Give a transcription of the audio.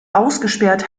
ausgesperrt